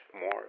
more